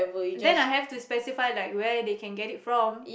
then I had to specify like where they can get it from